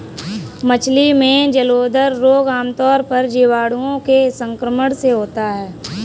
मछली में जलोदर रोग आमतौर पर जीवाणुओं के संक्रमण से होता है